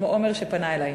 כמו עומר שפנה אלי,